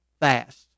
fast